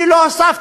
אני לא הוספתי